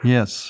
Yes